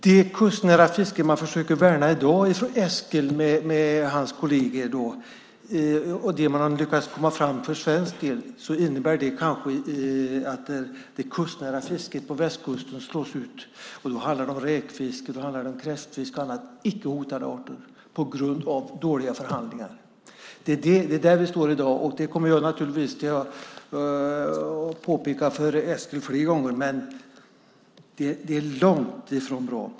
Det kustnära fiske man försöker värna i dag från Eskils och hans kollegers sida och det man har lyckats komma fram till för svensk del innebär kanske att det kustnära fisket på västkusten slås ut. Då handlar det om räkfiske, kräftfiske och annat - icke hotade arter - på grund av dåliga förhandlingar. Det är där vi står i dag, och det kommer jag naturligtvis att påpeka för Eskil fler gånger. Men det är långt ifrån bra.